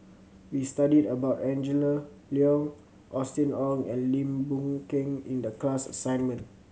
we studied about Angela Liong Austen Ong and Lim Boon Keng in the class assignment